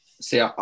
See